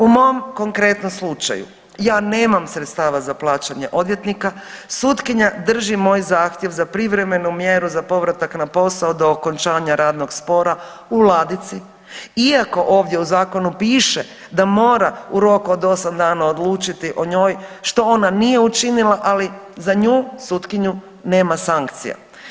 U mom konkretnom slučaju ja nemam sredstava za plaćanje odvjetnika, sutkinja drži moj zahtjev za privremenu mjeru, za povratak na posao do okončanja radnog spora u ladici iako ovdje u zakonu piše da mora u roku od osam dana odlučiti o njoj što ona nije učinila, ali za nju sutkinju nema sankcija.